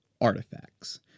artifacts